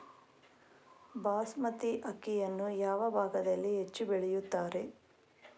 ಬಾಸ್ಮತಿ ಅಕ್ಕಿಯನ್ನು ಯಾವ ಭಾಗದಲ್ಲಿ ಹೆಚ್ಚು ಬೆಳೆಯುತ್ತಾರೆ?